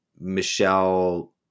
Michelle